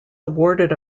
awarded